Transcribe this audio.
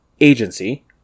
Agency